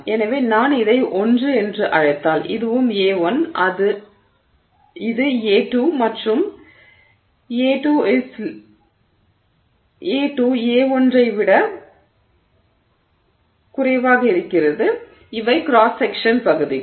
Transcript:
எனவே நான் இதை ஒன்று என்று அழைத்தால் இதுவும் A1 இது A2 மற்றும் A2 A1 இவை கிராஸ் செக்க்ஷன் பகுதிகள்